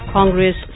Congress